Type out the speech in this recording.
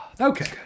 Okay